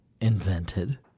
invented